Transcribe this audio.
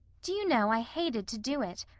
do you know, i hated to do it?